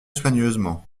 soigneusement